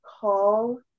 call